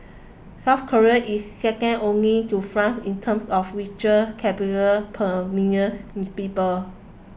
South Korea is second only to France in terms of ritual per millions people